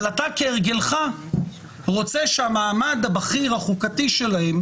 אבל אתה כהרגלך רוצה שהמעמד הבכיר החוקתי שלהם